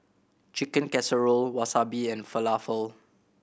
Chicken Casserole Wasabi and Falafel